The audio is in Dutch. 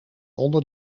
onder